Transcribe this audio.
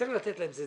צריך לתת להם זמן.